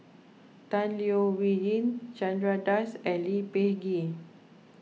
Tan Leo Wee Hin Chandra Das and Lee Peh Gee